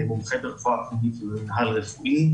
אני מומחה ברפואה פנימית ובמינהל רפואי,